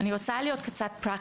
אני רוצה להיות פרקטית.